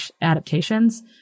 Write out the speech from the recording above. adaptations